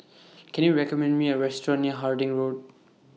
Can YOU recommend Me A Restaurant near Harding Road